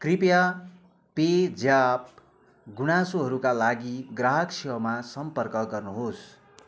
कृपया पेज्याप गुनासोहरूका लागि ग्राहक सेवामा सम्पर्क गर्नुहोस्